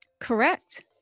Correct